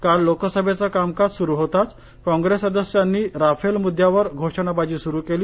काल लोकसभेचं कामकाज सुरु होताच काँग्रेस सदस्यांनी राफेल मुद्द्यावर घोषणाबाजी सुरू केली